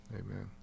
Amen